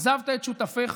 עזבת את שותפיך.